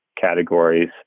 categories